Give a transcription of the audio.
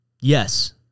Yes